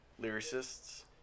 lyricists